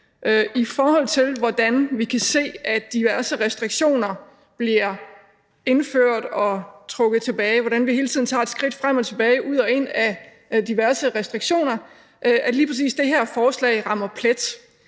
i forhold til hvordan vi kan se diverse restriktioner bliver indført og trukket tilbage, og hvordan vi hele tiden tager et skridt frem og tilbage og ud og ind af diverse restriktioner, at lige præcis det her forslag rammer plet.